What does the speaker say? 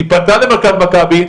היא פנתה מרכז מכבי,